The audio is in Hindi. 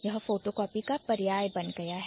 यह फोटोकॉपी का पर्याय बन गया है